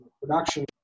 production